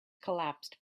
collapsed